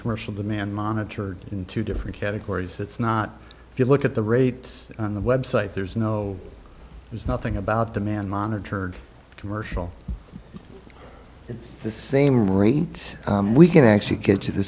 commercial demand monitored in two different categories it's not if you look at the rates on the website there's no there's nothing about the man monitored commercial it's the same rate we can actually get to the